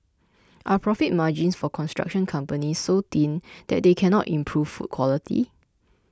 are profit margins for construction companies so thin that they cannot improve food quality